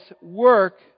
work